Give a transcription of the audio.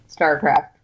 StarCraft